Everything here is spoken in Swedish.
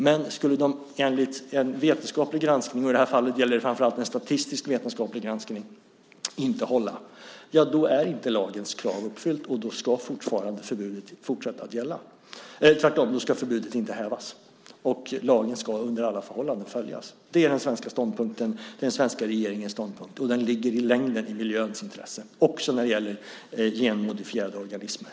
Men om en vetenskaplig granskning - i det här fallet en statistisk vetenskaplig granskning - inte skulle hålla är inte lagens krav uppfyllt och då ska förbudet inte hävas. Lagen ska under alla förhållanden följas. Det är den svenska regeringens ståndpunkt. Den ligger i längden i miljöns intresse - också när det gäller genmodifierade organismer.